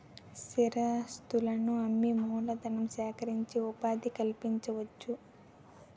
స్థిరాస్తులను అమ్మి మూలధనం సేకరించి ఉపాధి కల్పించవచ్చు